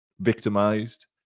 victimized